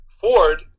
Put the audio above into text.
Ford